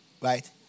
right